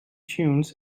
tunes